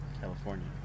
California